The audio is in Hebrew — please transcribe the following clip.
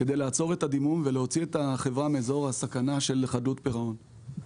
כדי לעצור את הדימום ולהוציא את החברה מאזור הסכנה של חדלות פירעון.